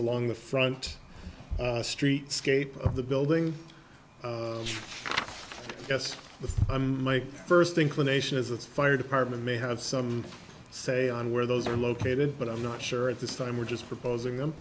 along the front streetscape of the building yes but my first inclination is that fire department may have some say on where those are located but i'm not sure at this time we're just proposing them